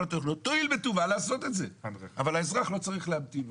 --- תואיל בטובה לעשות את זה אבל האזרח לא צריך להמתין.